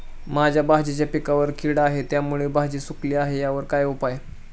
माझ्या भाजीच्या पिकावर कीड आहे त्यामुळे भाजी सुकली आहे यावर काय उपाय?